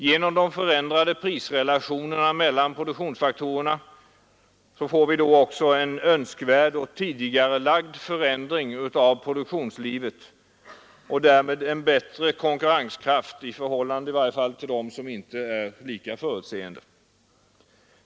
Genom de förändrade prisrelationerna mellan produktionsfaktorerna får vi då också en önskvärd och tidigarelagd förändring av produktionslivet och därmed en bättre konkurrenskraft i förhållande till dem som inte är lika förutseende.